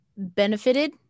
benefited